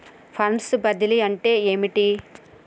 Funds బదిలీ అంటే ఏమిటి?